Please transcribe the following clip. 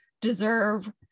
deserve